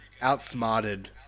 outsmarted